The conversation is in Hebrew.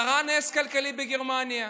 קרה נס כלכלי בגרמניה.